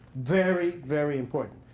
very, very important.